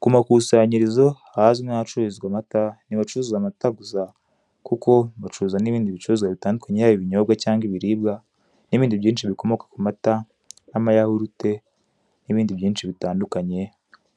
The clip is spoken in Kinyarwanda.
Ku makusanyirizo ahanzwi nk'ahacuruzwa amata ntibacuruza amata gusa, kuko bacuruza n'ibindi bicuruzwa bitandukanye yaba ibinyobwa cyangwa ibiribwa n'ibindi byinshi bikomoka ku mata nk'amayahurute n'ibindi byinshi bitandukanye